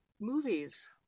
movies